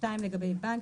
לגבי בנק,